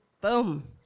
boom